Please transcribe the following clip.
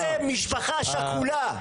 רמסתם משפחה שכולה.